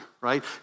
right